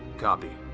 copy.